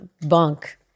bunk